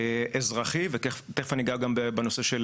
אזרחי ותיכף אני אגע בנושא של